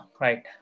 right